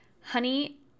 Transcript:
honey